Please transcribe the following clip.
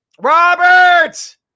Robert